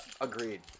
Agreed